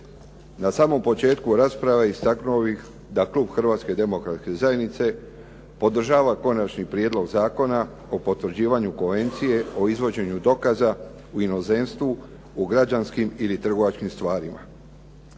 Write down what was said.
Na samom početku rasprave istaknuo bih da klub Hrvatske demokratske zajednice podržava Konačni prijedlog zakona o potvrđivanju Konvencije o izvođenju dokaza u inozemstvu u građanskim ili trgovačkim stvarima.